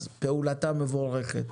אז פעולתה מבורכת,